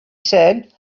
said